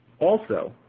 also,